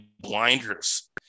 blinders